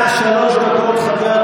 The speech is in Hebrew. הכנסת וחברות